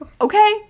Okay